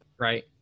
right